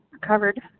covered